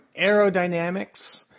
aerodynamics